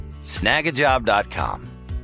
Snagajob.com